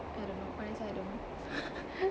I don't know honestly I don't know